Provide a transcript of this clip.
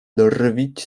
drwić